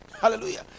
hallelujah